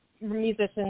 musicians